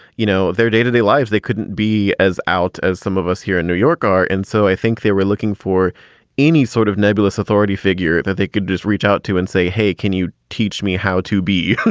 you know, their day to day lives. they couldn't be as out as some of us here in new york are. and so i think they were looking for any sort of nebulous authority figure that they could just reach out to and say, hey, can you teach me how to be?